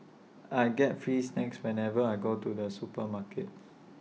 I get free snacks whenever I go to the supermarket